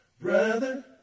Brother